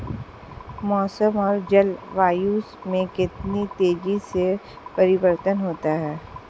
मौसम और जलवायु में कितनी तेजी से परिवर्तन होता है?